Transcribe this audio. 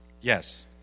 Yes